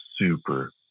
super